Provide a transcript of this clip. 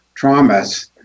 traumas